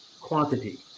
quantity